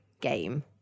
game